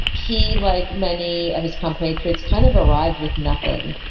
he, like many of his compatriots, kind of arrived with nothing,